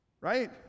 Right